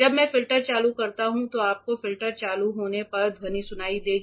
जब मैं फ़िल्टर चालू करता हूँ तो आपको फ़िल्टर चालू होने पर ध्वनि सुनाई देगी